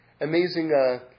amazing